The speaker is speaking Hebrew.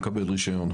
מקבל רישיון,